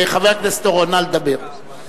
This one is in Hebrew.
חבר הכנסת אורון, נא לדבר.